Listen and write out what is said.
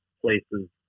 places